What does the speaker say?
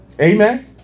Amen